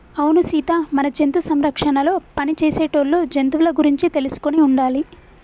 అవును సీత మన జంతు సంరక్షణలో పని చేసేటోళ్ళు జంతువుల గురించి తెలుసుకొని ఉండాలి